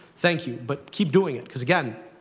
thank you. but keep doing it, because again,